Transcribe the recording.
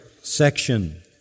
section